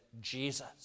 Jesus